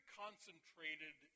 concentrated